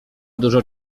dużo